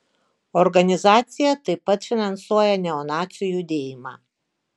organizacija taip pat finansuoja neonacių judėjimą